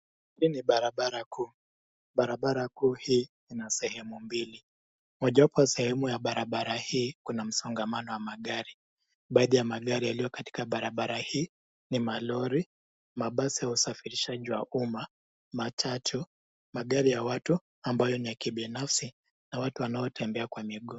Hii ni barabara kuu. Barabara kuu hii ina sehemu mbili. Mojawapo ya sehemu ya barabara hii kuna msongamano wa magari. Baadhi ya magari yaliyo katika barabara hii ni malori, mabasi ya usafirishaji wa umma, matatu, magari ya watu ambayo ni ya kibinafsi na watu wanaotembea kwa miguu.